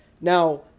Now